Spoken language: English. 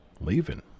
Leaving